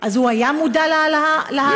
אז הוא היה מודע להעלאה הצפויה?